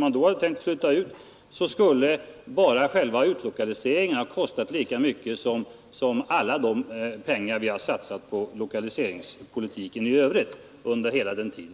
som då föreslogs hade fullföljts, lika mycket pengar som vi satsat på lokaliseringspolitiken i övrigt under ådan politik.